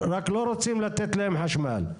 רק לא רוצים לתת להם חשמל.